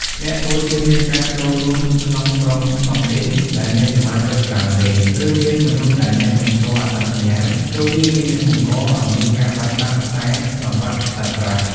អ្នកគួរជៀសវាងការចូលរួមក្នុងក្រុមតុងទីនដែលមានសមាជិកច្រើនពេក ឬមានមនុស្សដែលអ្នកមិនស្គាល់អត្តសញ្ញាណ ព្រោះវាងាយនឹងបង្កឱ្យមានការបែកបាក់ខ្សែសង្វាក់សាច់ប្រាក់។